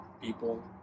people